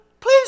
Please